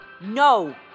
No